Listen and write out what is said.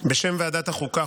בשם ועדת החוקה,